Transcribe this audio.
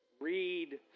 Read